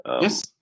Yes